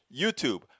YouTube